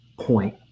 point